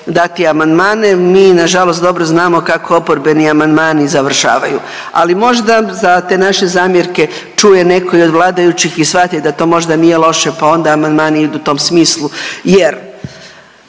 dati amandmane. Mi nažalost dobro znamo kako oporbeni amandmani završavaju, ali možda za te naše zamjerke čuje netko i od vladajućih i shvati da to možda nije loše pa onda amandmani idu tom smislu jer